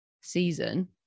season